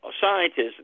scientists